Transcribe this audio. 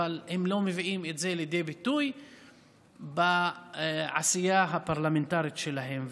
אבל הם לא מביאים את זה לידי ביטוי בעשייה הפרלמנטרית שלהם.